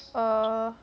err